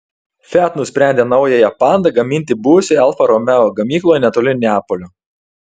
fiat nusprendė naująją panda gaminti buvusioje alfa romeo gamykloje netoli neapolio